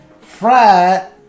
fried